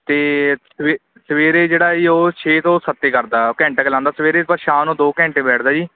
ਅਤੇ ਸਵੇ ਸਵੇਰੇ ਜਿਹੜਾ ਉਹ ਛੇ ਤੋਂ ਸੱਤ ਕਰਦਾ ਘੰਟਾ ਘੰਟਾ ਲਾਉਂਦਾ ਸਵੇਰੇ ਸ਼ਾਮ ਨੂੰ ਦੋ ਘੰਟੇ ਬੈਠਦਾ ਜੀ